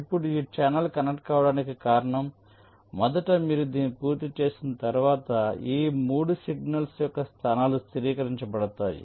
ఇప్పుడు ఈ channel connect కావడానికి కారణం మొదట మీరు దీన్ని పూర్తి చేసిన తర్వాత ఈ 3 సిగ్నల్స్ యొక్క స్థానాలు స్థిరీకరించబడతాయి